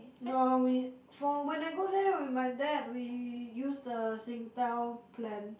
no we for when I go there with my dad we use the Singtel plan